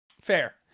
fair